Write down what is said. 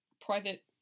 private